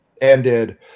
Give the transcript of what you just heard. ended